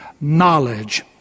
knowledge